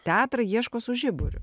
teatrai ieško su žiburiu